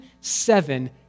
seven